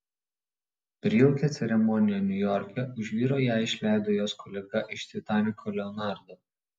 per jaukią ceremoniją niujorke už vyro ją išleido jos kolega iš titaniko leonardo